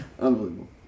unbelievable